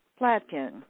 Platkin